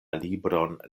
libron